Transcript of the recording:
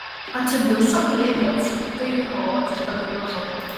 atsiduso kai jie vėl sukrito į chaotišką gniužulą